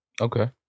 okay